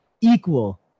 equal